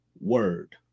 Word